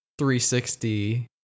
360